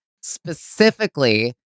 specifically